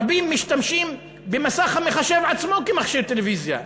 רבים משתמשים במסך המחשב עצמו כמכשיר טלוויזיה,